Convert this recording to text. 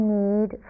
need